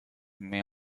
may